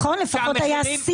כל הנתונים יותר